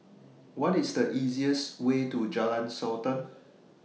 What IS The easiest Way to Jalan Sultan